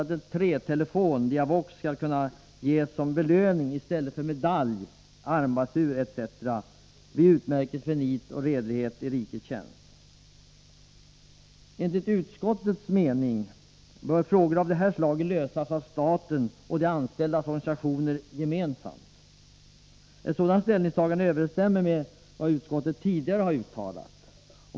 Med hänvisning till vad som sagts avstyrker utskottet motionen. Enligt utskottets mening bör frågor av detta slag lösas av staten och de anställdas organisationer gemensamt. Ett sådan ställningstagande överens stämmer med vad utskottet tidigare uttalat.